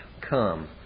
come